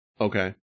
Okay